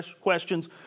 questions